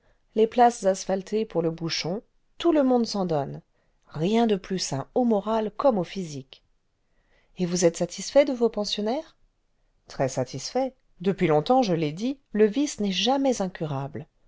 les places asphaltées pour le bouchon tout le monde s'en donne rien de plus sain au moral comme au physique et vous êtes satisfait de vos pensionnaires très-satisfait depuis longtemps je l'ai dit le vice n'est jamais incurable